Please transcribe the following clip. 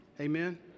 Amen